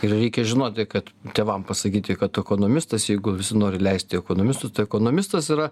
ir reikia žinoti kad tėvam pasakyti kad ekonomistas jeigu visi nori leisti į ekonomistus tai ekonomistas yra